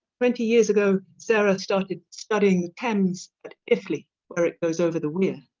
twenty years ago sarah started studying the thames at iffley where it goes over the weir.